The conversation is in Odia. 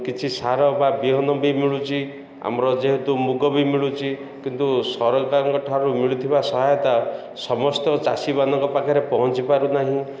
କିଛି ସାର ବା ବିହନ ବି ମିଳୁଛି ଆମର ଯେହେତୁ ମୁଗ ବି ମିଳୁଛି କିନ୍ତୁ ସରକାରଙ୍କ ଠାରୁ ମିଳୁଥିବା ସହାୟତା ସମସ୍ତ ଚାଷୀମାନଙ୍କ ପାଖରେ ପହଞ୍ଚି ପାରୁନାହିଁ